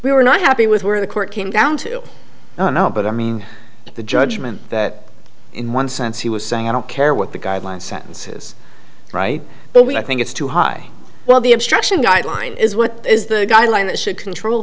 we were not happy with where the court came down to know but i mean the judgment that in one sense he was saying i don't care what the guidelines sentences right but we i think it's too high well the obstruction guideline is what is the guideline that should control